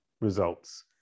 results